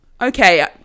okay